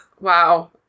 Wow